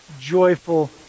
joyful